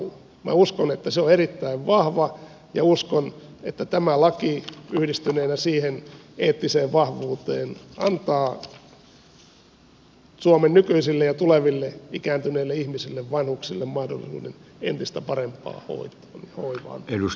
minä uskon että se on erittäin vahva ja uskon että tämä laki yhdistyneenä siihen eettiseen vahvuuteen antaa suomen nykyisille ja tuleville ikääntyneille ihmisille vanhuksille mahdollisuuden entistä parempaan hoitoon ja hoivaan